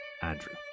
Andrew